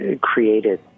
created